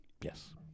Yes